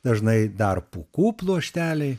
dažnai dar pūkų pluošteliai